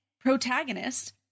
protagonist